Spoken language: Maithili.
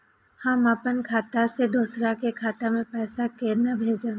हम अपन खाता से दोसर के खाता मे पैसा के भेजब?